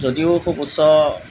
যদিও খুব উচ্চ